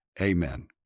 Amen